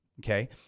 okay